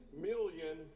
million